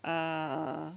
uh